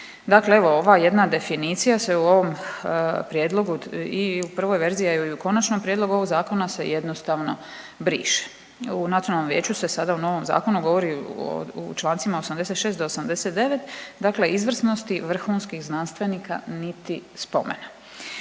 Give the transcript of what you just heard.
Dakle, evo ova jedna definicija se u ovom prijedlogu i u prvoj verziji, a i u konačnom prijedlogu ovog zakona se jednostavno briše. U nacionalnom vijeću se sada u novom zakonu govori u Člancima 86. do 89. dakle izvrsnosti vrhunskih znanstvenika niti spomena.